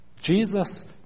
Jesus